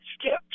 skipped